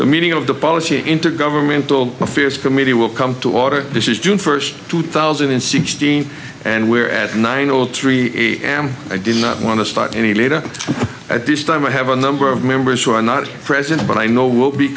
the meeting of the policy intergovernmental affairs committee will come to order this is june first two thousand and sixteen and we're at nine o three a m i do not want to start any later at this time i have a number of members who are not present but i know will be